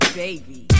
baby